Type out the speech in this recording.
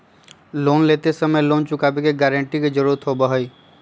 loan लेते समय loan चुकावे के गारंटी के जरुरत होबा हई